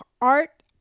art